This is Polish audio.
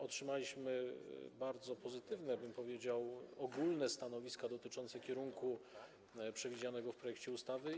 Otrzymaliśmy bardzo pozytywne ogólne stanowiska dotyczące kierunku przewidzianego w projekcie ustawy.